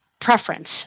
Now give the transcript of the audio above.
preference